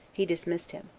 he dismissed him.